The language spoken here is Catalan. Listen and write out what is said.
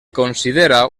considera